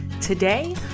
Today